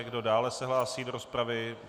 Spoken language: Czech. Kdo dále se hlásí do rozpravy?